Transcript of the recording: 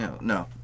No